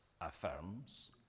affirms